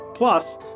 Plus